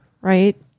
right